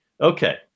okay